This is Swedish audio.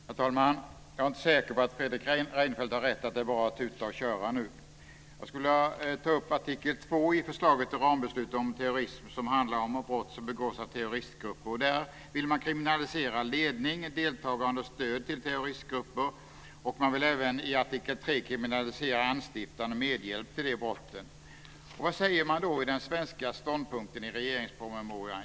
Herr talman! Jag är inte säker på att Fredrik Reinfeldt har rätt i att det bara är att tuta och köra nu. Jag skulle vilja ta upp artikel 2 i förslaget till rambeslut om terrorism, som handlar om brott som begås av terroristgrupper. Där vill man kriminalisera ledning av, deltagande i och stöd till terroristgrupper. I artikel 3 vill man även kriminalisera anstiftan och medhjälp till dessa brott. Och vad säger man då i den svenska ståndpunkten i regeringspromemorian?